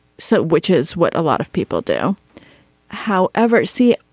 so which is what a lot of people do however see it.